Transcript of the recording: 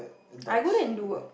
I go there and do work